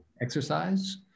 exercise